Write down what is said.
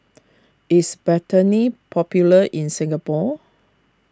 is Betadine popular in Singapore